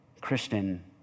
Christian